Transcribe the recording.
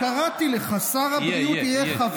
קראתי לך, יהיה.